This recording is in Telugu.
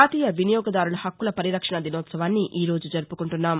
జాతీయ వినియోగదారుల హక్కుల పరిరక్షణ దినోత్సవాన్ని ఈరోజు జరుపుకుంటున్నాం